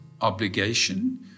obligation